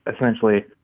essentially